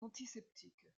antiseptiques